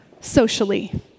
socially